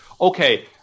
okay